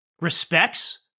respects